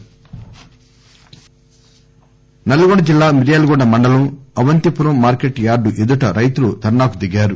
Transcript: రాస్తారోకో నల్గొండ జిల్లా మిర్యాలగూడ మండలం Avantipuram market yard ఎదుట రైతులు ధర్నాకు దిగారు